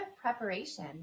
preparation